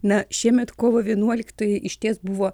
na šiemet kovo vienuoliktoji išties buvo